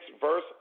verse